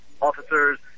officers